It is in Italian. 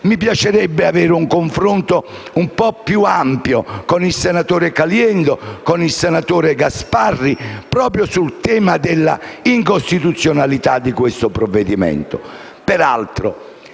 mi piacerebbe avere un confronto un po' più ampio con i senatori Caliendo e Gasparri proprio sul tema della incostituzionalità del provvedimento